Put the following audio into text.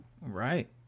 Right